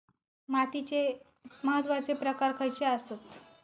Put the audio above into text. मातीचे महत्वाचे प्रकार खयचे आसत?